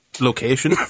location